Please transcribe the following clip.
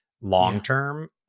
long-term